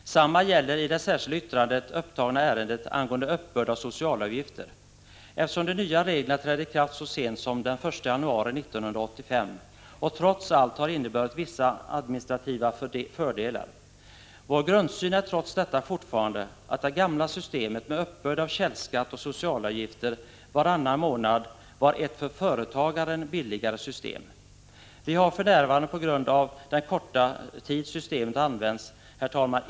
Detsamma gäller det i det särskilda yttrandet upptagna ärendet angående uppbörd av socialavgifter, eftersom de nya reglerna trädde i kraft så sent som den 1 januari 1985 och trots allt har inneburit vissa administrativa fördelar. Vår grundsyn är trots detta fortfarande att det gamla systemet med uppbörd = Prot. 1985/86:38 billigare system. Vi har för närvarande på grund av den korta tid systemethar.